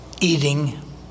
eating